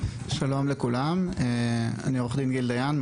אני עו"ד גיל דיין,